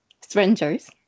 strangers